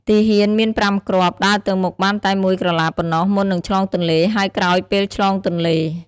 ទាហាន មានប្រាំគ្រាប់ ដើរទៅមុខបានតែមួយក្រឡាប៉ុណ្ណោះ មុននឹងឆ្លងទន្លេ ហើយក្រោយពេលឆ្លងទន្លេ។